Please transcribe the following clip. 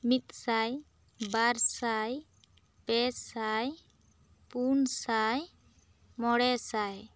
ᱢᱤᱫ ᱥᱟᱭ ᱵᱟᱨ ᱥᱟᱭ ᱯᱮ ᱥᱟᱭ ᱯᱩᱱ ᱥᱟᱭ ᱢᱚᱬᱮ ᱥᱟᱭ